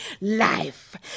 life